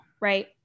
Right